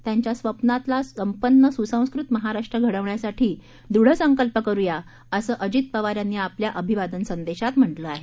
त्यांच्या स्वप्नातला संपन्न सुसंस्कृत महाराष्ट्र घडवण्यासाठी दृढ संकल्प करूया असं अजित पवार यांनी आपल्या अभिवादन संदेशात म्हटलं आहे